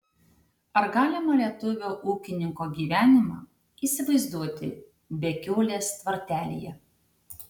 ar galima lietuvio ūkininko gyvenimą įsivaizduoti be kiaulės tvartelyje